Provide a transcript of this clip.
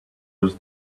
was